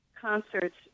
concerts